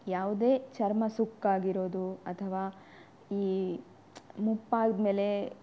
ಯಾವುದೇ ಚರ್ಮ ಸುಕ್ಕಾಗಿರೋದು ಅಥವಾ ಈ ಮುಪ್ಪಾದಮೇಲೆ